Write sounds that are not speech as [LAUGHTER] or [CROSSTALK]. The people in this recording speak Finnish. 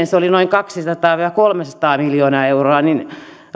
[UNINTELLIGIBLE] se oli noin kaksisataa viiva kolmesataa miljoonaa euroa niin